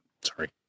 Sorry